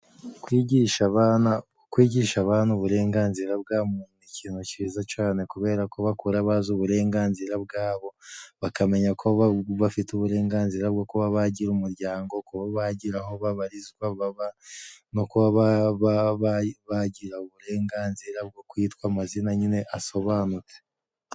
Kwigisha abana, kwigisha abana uburenganzira bwa muntu, ikintu cyiza cane kubera ko bakura bazi uburenganzira bwabo, bakamenya ko babu bafite uburenganzira bwo kuba bagira umuryango, kuba bagira aho babarizwa baba, no kuba ba ba bagira uburenganzira bwo kwitwa amazina nyine asobanutse.